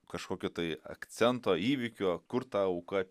kažkokio tai akcento įvykio kur ta auka